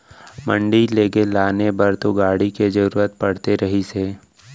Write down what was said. मंडी लेगे लाने बर तो गाड़ी के जरुरत पड़ते रहिस हे